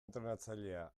entrenatzailea